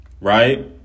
Right